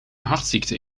hartziekten